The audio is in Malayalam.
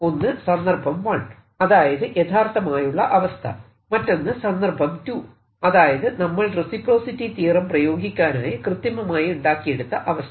ഒന്ന് സന്ദർഭം 1 അതായത് യാഥാർത്ഥമായുള്ള അവസ്ഥ മറ്റൊന്ന് സന്ദർഭം 2 അതായത് നമ്മൾ റെസിപ്രോസിറ്റി തിയറം പ്രയോഗിക്കാനായി കൃത്രിമമായുണ്ടാക്കിയെടുത്ത അവസ്ഥ